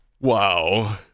Wow